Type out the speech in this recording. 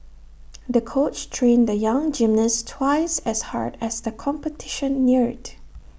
the coach trained the young gymnast twice as hard as the competition neared